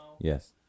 yes